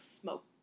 smoke